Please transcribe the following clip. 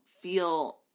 feel